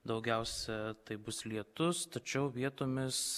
daugiausia tai bus lietus tačiau vietomis